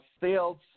sales